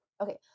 okay